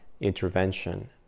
intervention